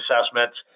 assessments